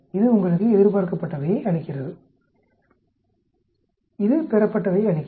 இது உங்களுக்கு எதிர்பார்க்கப்பட்டவையை அளிக்கிறது இது பெறப்பட்டவையை அளிக்கிறது